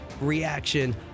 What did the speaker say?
reaction